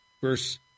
verse